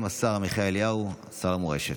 חבר הכנסת ינון אזולאי,